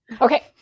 okay